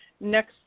next